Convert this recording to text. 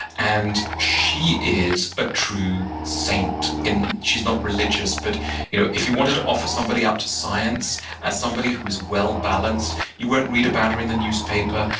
and she is a true saint. and she's not religious, but you know if you wanted to offer somebody out to science as somebody who is well-balanced you won't read about her in the newspaper.